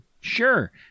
Sure